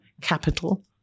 capital